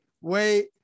wait